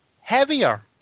heavier